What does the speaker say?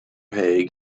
haig